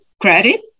credit